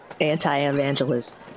anti-evangelist